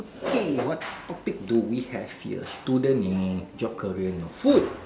okay what topic do we have here student eh job career no food